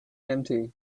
empty